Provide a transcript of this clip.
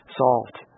solved